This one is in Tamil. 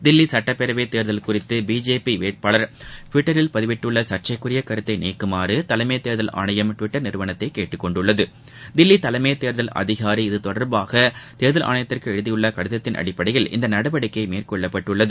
தில்லி சுட்டப்பேரவை தேர்தல் குறித்து பிஜேபி வேட்பாளர் டுவிட்டரில் பதிவிட்டுள்ள சர்ச்சைக்குரிய கருத்தை நீக்குமாறு தலைமம் தேர்தல் ஆணையம் டுவிட்டர் நிறுவனத்தை கேட்டுக்கொண்டுள்ளது தில்லி தலைமை தேர்தல் அதிகாரி இது தொடர்பாக தேர்தல் ஆணையத்துக்கு எழுதியுள்ள கடிதத்தின் அடிப்பளடயில் இந்த நடவடிக்கை மேற்கொள்ளப்பட்டுள்ளது